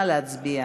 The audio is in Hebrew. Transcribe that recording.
נא להצביע.